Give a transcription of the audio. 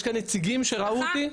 יש פה נציגים שראו אותי.